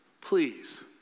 Please